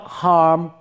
harm